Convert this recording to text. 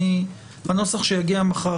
הנוסח שיגיע מחר,